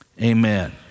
amen